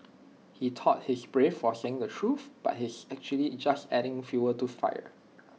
he thought he's brave for saying the truth but he's actually just adding fuel to fire